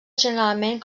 generalment